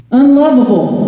unlovable